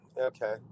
Okay